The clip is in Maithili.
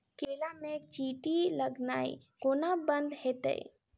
केला मे चींटी लगनाइ कोना बंद हेतइ?